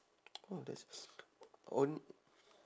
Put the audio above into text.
oh that's on~